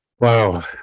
Wow